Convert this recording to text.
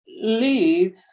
leave